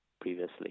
previously